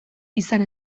izan